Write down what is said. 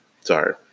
Sorry